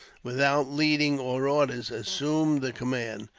without leading or orders, assumed the command,